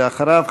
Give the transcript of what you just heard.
ואחריו,